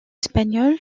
espagnol